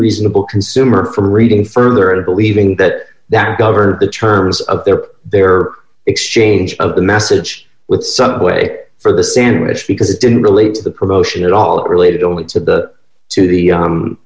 reasonable consumer from reading further and believing that that covered the terms of their their exchange of the message with some way for the sandwich because it didn't relate to the promotion at all it related only to the to the